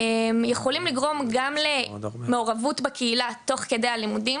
הם יכולים לגרום גם למעורבותו של הסטודנט בקהילה תוך כדי הלימודים.